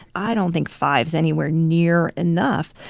i don't think five is anywhere near enough,